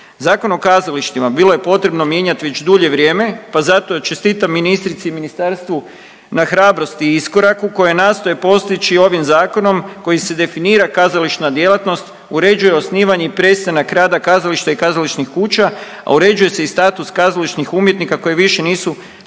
Zakon o kazalištima bilo je potrebno mijenjati već dulje vrijeme pa zato čestitam ministrici i ministarstvu na hrabrosti i iskoraku koje nastoje postići ovim zakonom kojim se definira kazališna djelatnost, uređuje osnivanje i prestanak rada kazališta i kazališnih kuća, a uređuje se i status kazališnih umjetnika koji više nisu sposobni